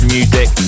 Music